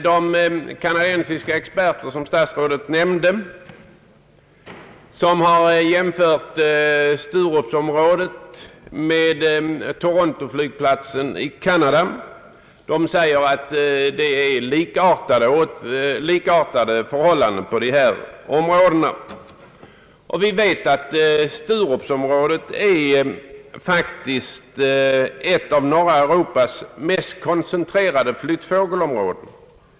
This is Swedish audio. De kanadensiska experter som statsrådet nämnde har jämfört Sturupsområdet med Torontoflygplatsen i Kanada och anser att förhållandena är likartade. Vi vet att Sturupsområdet faktiskt är ett av norra Europas mest koncentrerade flyttfågelområden.